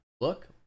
look